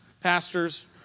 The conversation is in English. pastors